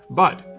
but,